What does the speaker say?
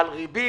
על ריבית,